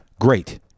great